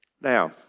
Now